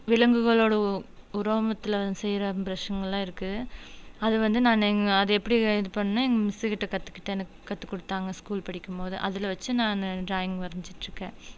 விலங்குகளோடு ரோமத்தில் செய்கிற ப்ரெஷ்ஷுங்கெல்லாம் இருக்குது அது வந்து நான் எங்க அது எப்படி இது பண்ணணும்னா மிஸ் கிட்டே கற்றுக்கிட்டேன் எனக்கு கற்று கொடுத்தாங்க ஸ்கூல் படிக்கும் போது அதில் வச்சு நான் ட்ராயிங் வரைஞ்சிகிட்டுருக்கேன்